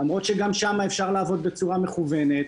למרות שגם שם אפשר לעבוד בצורה מקוונת,